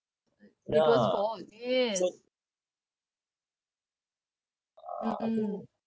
biggest fault is him mm mm